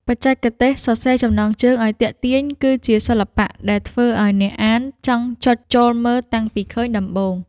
បច្ចេកទេសសរសេរចំណងជើងឱ្យទាក់ទាញ គឺជាសិល្បៈដែលធ្វើឱ្យអ្នកអានចង់ចុចចូលមើលតាំងពីឃើញដំបូង។